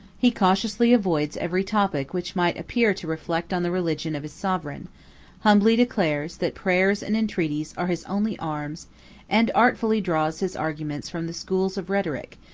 he cautiously avoids every topic which might appear to reflect on the religion of his sovereign humbly declares, that prayers and entreaties are his only arms and artfully draws his arguments from the schools of rhetoric,